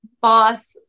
boss